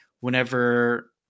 whenever